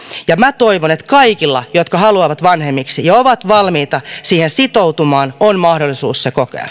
ja minä toivon että kaikilla jotka haluavat vanhemmiksi ja ovat valmiita siihen sitoutumaan on mahdollisuus se kokea